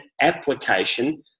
application